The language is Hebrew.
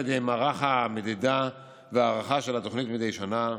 ידי מערך המדידה וההערכה של התוכנית מדי שנה.